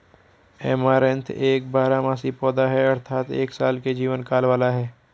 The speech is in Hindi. ऐमारैंथ एक बारहमासी पौधा है अर्थात एक साल के जीवन काल वाला है